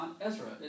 Ezra